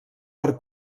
per